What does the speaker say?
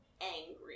angry